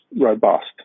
robust